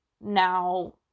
now